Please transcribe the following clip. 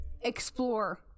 explore